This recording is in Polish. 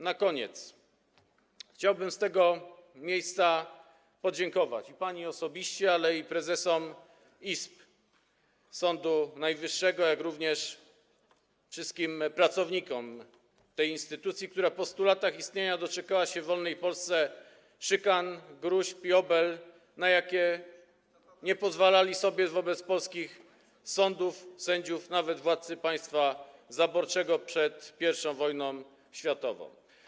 Na koniec chciałbym z tego miejsca podziękować pani osobiście, prezesom izb Sądu Najwyższego i wszystkim pracownikom tej instytucji, która po 100 latach istnienia doczekała się w wolnej Polsce szykan, gróźb i obelg, na jakie nie pozwalali sobie wobec polskich sądów, sędziów nawet władcy państwa zaborczego przed I wojną światową.